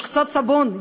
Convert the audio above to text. יש קצת סבון,